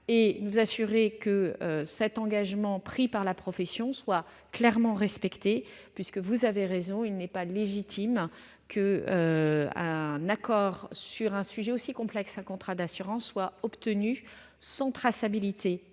en nous assurant que l'engagement pris par la profession est clairement respecté. Vous avez raison, madame la sénatrice, il n'est pas légitime qu'un accord sur un sujet aussi complexe qu'un contrat d'assurance soit obtenu sans traçabilité